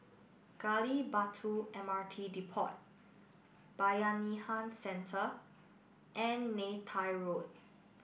Gali Batu M R T Depot Bayanihan Centre and Neythai Road